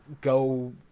go